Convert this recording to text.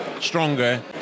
stronger